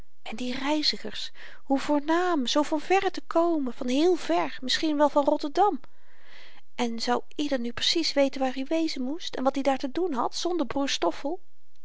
en die reizigers hoe voornaam zoo van verre te komen van héél ver misschien wel van rotterdam en zou ieder nu precies weten waar i wezen moest en wat i daar te doen had zonder broer stoffel